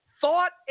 thought